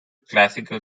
classical